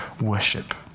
worship